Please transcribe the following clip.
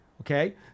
Okay